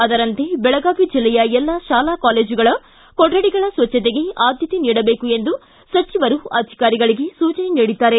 ಅದರಂತೆ ಬೆಳಗಾವಿ ಜೆಲ್ಲೆಯ ಎಲ್ಲಾ ಶಾಲಾ ಕಾಲೇಜುಗಳ ಕೊಠಡಿಗಳ ಸ್ವಚ್ಚತೆಗೆ ಆದ್ಯತೆ ನೀಡಬೇಕು ಎಂದು ಸಚಿವರು ಅಧಿಕಾರಿಗಳಿಗೆ ಸೂಚನೆ ನೀಡಿದ್ದಾರೆ